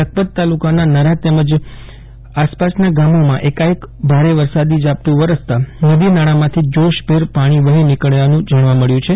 લખપત તાલુકાના નરા તેમજ અાસપાસના ગામોમાં અેકાઅેક ભારે વરસાદી ઝાપટું વરસતાં નદી નાળામાંથી જોશભેર પાણી વફી નિકળ્યાનું જાણવા મળ્યું છે